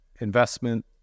Investment